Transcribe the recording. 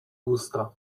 usta